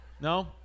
No